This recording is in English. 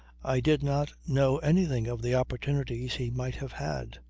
i did not know anything of the opportunities he might have had.